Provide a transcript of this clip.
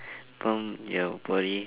pump your body